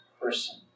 person